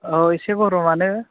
औ एसे गरमानो